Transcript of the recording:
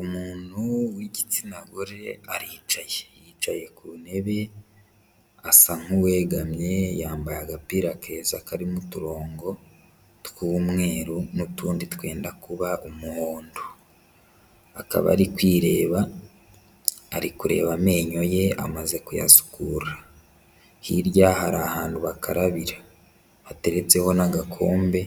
Umuntu w'igitsina gore aricaye yicaye ku ntebe asa nk'uwegamye, yambaye agapira keza karimo uturongo tw'umweru n'utundi twenda kuba umuhondo, akaba ari kwireba, ari kureba amenyo ye amaze kuyasukura, hirya hari ahantu bakarabira hateretseho n'agakombe